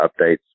updates